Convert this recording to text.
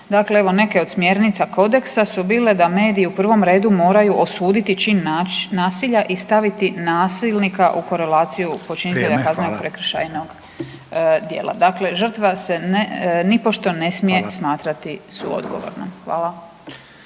dakle evo, neke od smjernica Kodeksa su bile da mediji u prvom redu moraju osuditi čin nasilja i staviti nasilnika u korelaciju počinitelja .../Upadica: Vrijeme./... kaznenoprekršajnog djela. Dakle žrtva se nipošto ne .../Upadica: Hvala./... smije smatrati suodgovornom. Hvala.